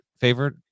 favorite